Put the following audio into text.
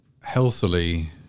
healthily